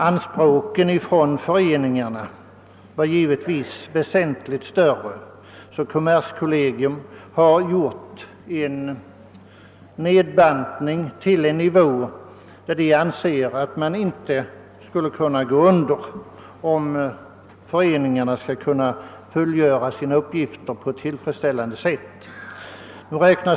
Anspråken från företagareföreningarna har givetvis varit betydligt större, varför kommerskollegium har gjort en nedprutning till den nivå som verket ansett att man inte kunde gå under, om föreningarna skall kunna fullgöra sina uppgifter på ett tillfredsställande sätt.